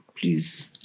Please